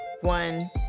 one